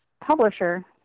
publisher